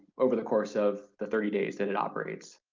over the course of the thirty days that it operates.